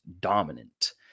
dominant